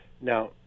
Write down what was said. Now